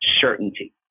certainty